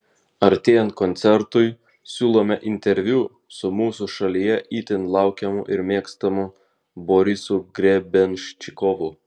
artėjant koncertui siūlome interviu su mūsų šalyje itin laukiamu ir mėgstamu borisu grebenščikovu